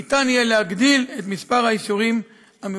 ניתן יהיה להגדיל את מספר האישורים המבוקשים.